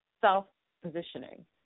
self-positioning